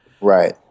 Right